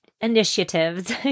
initiatives